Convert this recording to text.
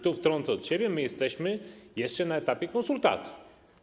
Tu wtrącę od siebie, że jesteśmy jeszcze na etapie konsultacji.